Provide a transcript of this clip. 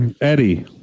Eddie